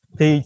Thì